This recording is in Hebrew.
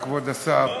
כבוד השר,